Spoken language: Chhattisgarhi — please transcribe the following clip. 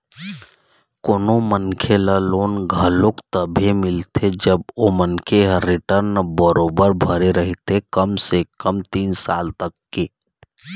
कोनो मनखे ल लोन घलोक तभे मिलथे जब ओ मनखे ह रिर्टन बरोबर भरे रहिथे कम से कम तीन साल तक के